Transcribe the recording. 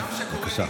בבקשה.